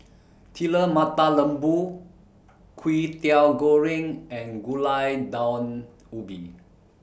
Telur Mata Lembu Kwetiau Goreng and Gulai Daun Ubi